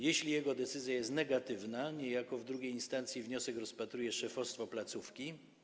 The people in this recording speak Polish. Jeśli jego decyzja jest negatywna, niejako w drugiej instancji wniosek rozpatruje szefostwo placówki.